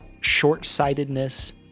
short-sightedness